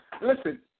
listen